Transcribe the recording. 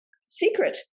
secret